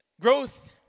Growth